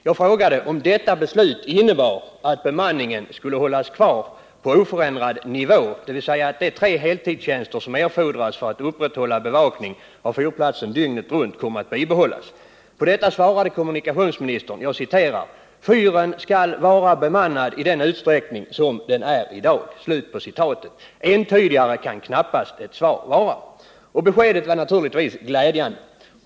Jag frågade om detta beslut innebar att bemanningen skulle hållas kvar på oförändrad nivå, dvs. att de tre heltidstjänster som erfordras för att upprätthålla bevakning av fyrplatsen dygnet runt kom att bibehållas. På detta svarade kommunikationsministern: ”Fyren skall vara bemannad i den utsträckning som den äridag.” Entydigare kan knappast ett svar vara. Och beskedet var naturligtvis glädjande.